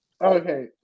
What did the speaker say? Okay